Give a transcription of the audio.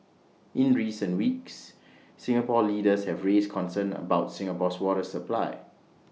in recent weeks Singapore leaders have raised concerns about Singapore's water supply